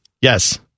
Yes